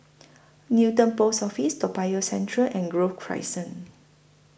Newton Post Office Toa Payoh Central and Grove Crescent